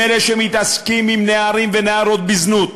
הם אלה שמתעסקים עם נערים ונערות בזנות,